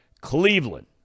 Cleveland